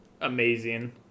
amazing